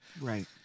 Right